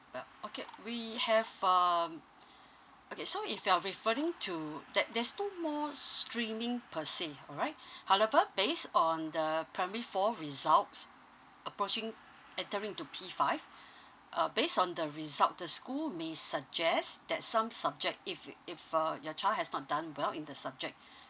well okay we have um okay so if you're referring to there there's no more streaming per se all right however based on the primary four results approaching entering into P five uh based on the result the school may suggests that some subject if it if uh your child has not done well in the subject